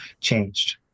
changed